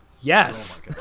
Yes